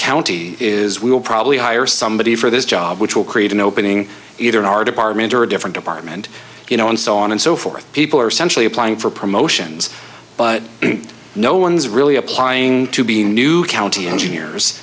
county is we will probably hire somebody for this job which will create an opening either in our department or a different department you know and so on and so forth people are centrally applying for promotions but no one's really applying to being new county engineers